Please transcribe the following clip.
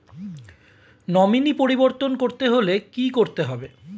Nominee পরিবর্তন করতে হলে কী করতে হবে?